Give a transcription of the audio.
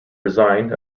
resigned